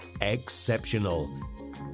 exceptional